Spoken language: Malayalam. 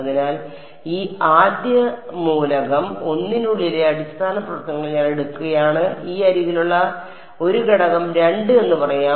അതിനാൽ ഈ ആദ്യ മൂലകം 1 നുള്ളിലെ അടിസ്ഥാന പ്രവർത്തനങ്ങൾ ഞാൻ എടുക്കുകയാണെങ്കിൽ ഈ അരികിലുള്ള ഒരു ഘടകം 2 എന്ന് പറയാം